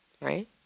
right